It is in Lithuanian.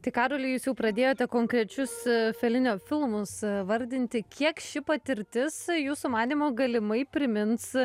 tai karoli jūs jau pradėjote konkrečius felinio filmus vardinti kiek ši patirtis jūsų manymu galimai primins